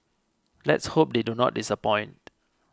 let's hope they do not disappoint